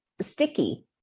sticky